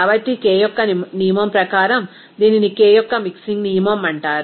కాబట్టి కే యొక్క నియమం ప్రకారం దీనిని కే యొక్క మిక్సింగ్ నియమం అంటారు